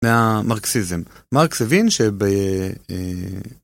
מרקסיזם מרקס אבין שב.